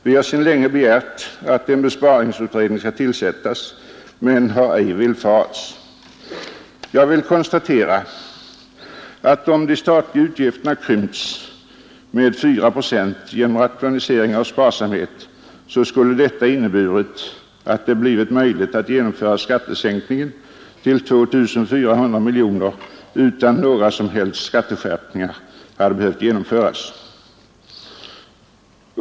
Vi har länge begärt att en besparingsutredning skall tillsättas, men denna begäran har ej villfarits. Jag vill konstatera att om de statliga utgifterna krympts med 4 procent genom rationaliseringar och sparsamhet så skulle detta inneburit att det blivit möjligt att genomföra skattesänkningen med 2400 miljoner utan att några som helst skatteskärpningar hade behövt genomföras.